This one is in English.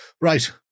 Right